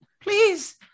please